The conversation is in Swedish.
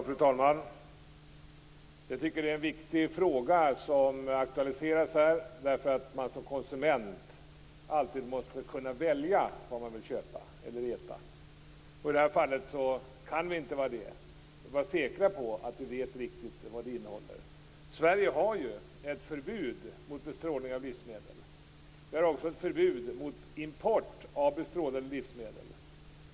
Fru talman! Det är en viktig fråga som aktualiseras här därför att man som konsument alltid måste kunna veta vad man köper. I det här fallet kan vi inte vara säkra på att vi vet riktigt vad det innehåller. Sverige har ett förbud mot bestrålning av livsmedel. Vi har också ett förbud mot import av bestrålade livsmedel.